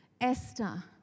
Esther